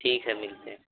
ٹھیک ہے ملتے ہیں